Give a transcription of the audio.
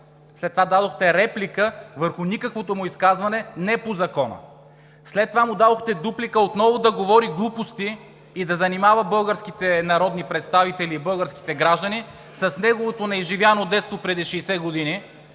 След това дадохте реплика върху никаквото му изказване – не по закона. След това му дадохте дуплика отново да говори глупости и да занимава българските народни представители и българските граждани с неговото неизживяно детство отпреди 60 години,